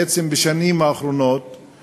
בעצם בשנים האחרונות,